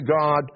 God